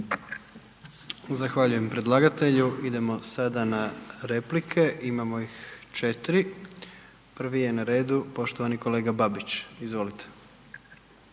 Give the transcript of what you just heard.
Zahvaljujem predlagatelju. Idemo sada na replike imamo ih 4. Prvi je na redu poštovani kolega Babić. Izvolite.